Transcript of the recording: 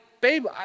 babe